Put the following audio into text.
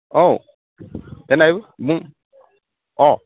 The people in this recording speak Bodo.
औ देनाय बुं अ